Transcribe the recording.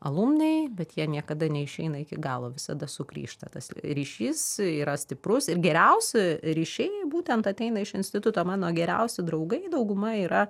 alumniai bet jie niekada neišeina iki galo visada sugrįžta tas ryšys yra stiprus ir geriausi ryšiai būtent ateina iš instituto mano geriausi draugai dauguma yra